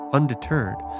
Undeterred